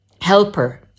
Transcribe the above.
helper